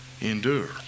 endure